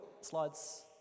slides